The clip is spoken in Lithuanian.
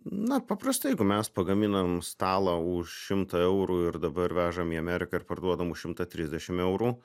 na paprastai jeigu mes pagaminam stalą už šimtą eurų ir dabar vežam į ameriką ir parduodam už šimtą trisdešimt eurų